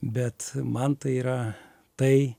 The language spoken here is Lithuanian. bet man tai yra tai